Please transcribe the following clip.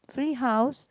free house